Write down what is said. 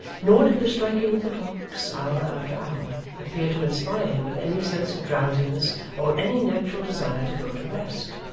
nor did the striking of the clocks, hour after hour, appear to inspire him with any sense of drowsiness or any natural desire to go to rest,